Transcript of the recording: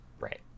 Right